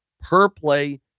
Per-play